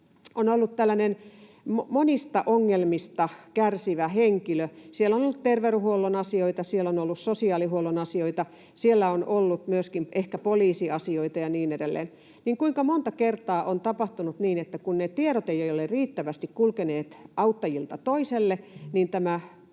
on ollut monista ongelmista kärsivä henkilö. Siellä on ollut terveydenhuollon asioita, siellä on ollut sosiaalihuollon asioita, siellä on ollut myöskin ehkä poliisiasioita ja niin edelleen. Kuinka monta kertaa on tapahtunut niin, että kun ne tiedot eivät ole riittävästi kulkeneet auttajilta toiselle,